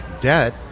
debt